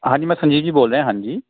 ਹਾਂਜੀ ਮੈਂ ਸੰਜੀਵ ਜੀ ਬੋਲ ਰਿਹਾ ਹਾਂਜੀ